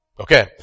Okay